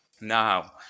now